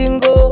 go